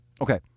Okay